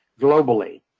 globally